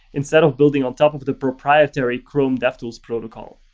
instead of building on top of the proprietary chrome devtools protocol.